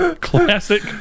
classic